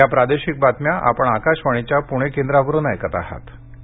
या प्रादेशिक बातम्या आपण आकाशवाणीच्या पुणे केंद्रावरून ऐकत आहात